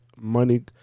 money